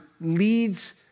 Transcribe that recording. leads